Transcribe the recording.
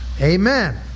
amen